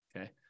Okay